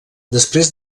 després